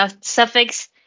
suffix